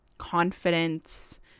confidence